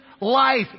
Life